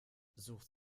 sucht